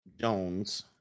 Jones